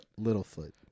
Littlefoot